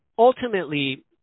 Ultimately